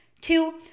Two